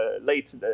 late